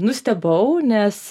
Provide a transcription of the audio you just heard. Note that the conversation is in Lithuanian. nustebau nes